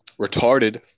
retarded